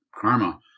karma